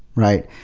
right?